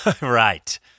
Right